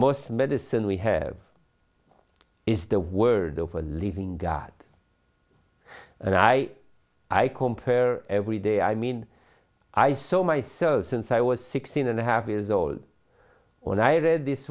most medicine we have is the word of a living god and i i compare every day i mean i saw myself since i was sixteen and a half years old when i